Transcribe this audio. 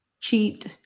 cheat